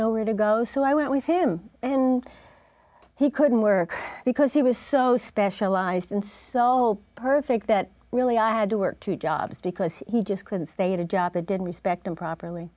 nowhere to go so i went with him and he couldn't work because he was so specialized and so perfect that really i had to work two jobs because he just couldn't stay in a job they didn't respect him properly